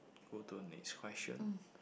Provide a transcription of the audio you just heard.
go to the next question